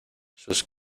sus